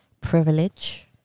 privilege